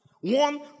One